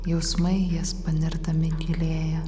jausmai į jas panirdami gilėja